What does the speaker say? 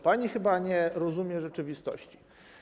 Pani chyba nie rozumie rzeczywistości.